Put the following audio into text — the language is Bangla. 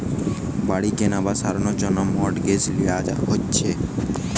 বাড়ি কেনার বা সারানোর জন্যে মর্টগেজ লিয়া হচ্ছে